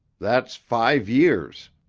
that's five years.